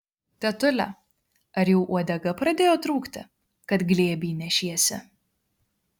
tetule ar jau uodega pradėjo trūkti kad glėby nešiesi